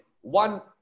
one